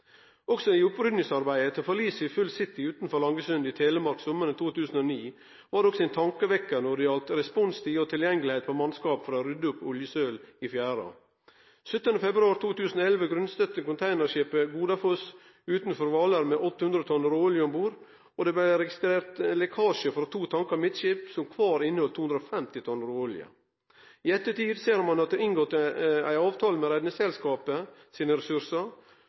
Langesund i Telemark sommaren 2009 var også ein tankevekkjar når det gjeld responstid og tilgjengelegheit på mannskap for å rydde opp oljesøl i fjæra. 17. februar 2011 grunnstøtte containerskipet «Godafoss» utafor Hvaler, med 800 tonn råolje om bord. Det blei registrert lekkasje frå to tankar midtskips som kvar inneheldt 250 tonn råolje. I ettertid ser ein at det er inngått ei avtale med Redningsselskapet om bruk av deira ressursar